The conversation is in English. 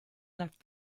left